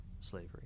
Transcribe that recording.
slavery